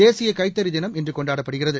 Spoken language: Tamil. தேசிய கைத்தறி தினம் இன்று கொண்டாடப்படுகிறது